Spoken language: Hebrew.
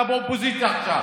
אתה באופוזיציה עכשיו,